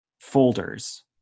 folders